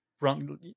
run